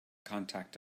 contact